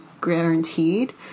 guaranteed